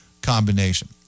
combination